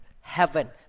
heaven